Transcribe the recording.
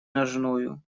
ножною